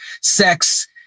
sex